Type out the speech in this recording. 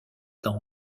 dans